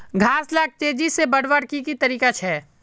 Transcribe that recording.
घास लाक तेजी से बढ़वार की की तरीका छे?